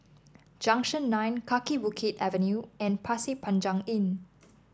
Junction Nine Kaki Bukit Avenue and Pasir Panjang Inn